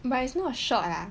but it's not a short ah